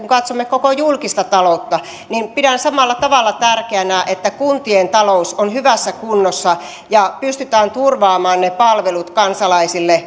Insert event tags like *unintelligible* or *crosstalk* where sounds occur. *unintelligible* katsomme koko julkista taloutta niin pidän samalla tavalla tärkeänä että kuntien talous on hyvässä kunnossa ja pystytään turvaamaan ne palvelut kansalaisille